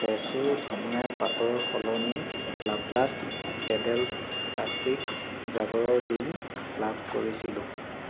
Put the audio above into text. ফ্ৰেছো ধনীয়াৰ পাতৰ সলনি লাপ্লাষ্ট পেডেল প্লাষ্টিক জাবৰৰ বিন লাভ কৰিছিলোঁ